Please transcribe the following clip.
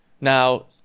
now